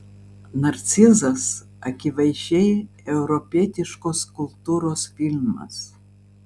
narcizas akivaizdžiai europietiškos kultūros filmas